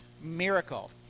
miracle